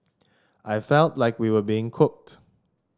I felt like we were being cooked